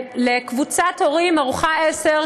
לקבוצת הורים "ארוחה עשר",